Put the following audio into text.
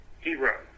hero